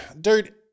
dude